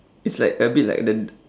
it's like a bit like the d~